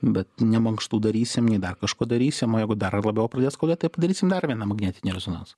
bet ne mankštų darysim nei dar kažko darysim o jeigu dar labiau pradės skaudėt tai padarysim dar vieną magnetinį rezonansą